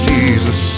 Jesus